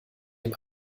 dem